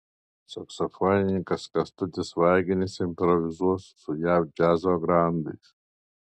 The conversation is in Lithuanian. saksofonininkas kęstutis vaiginis improvizuos su jav džiazo grandais